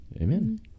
Amen